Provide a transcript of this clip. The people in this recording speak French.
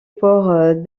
port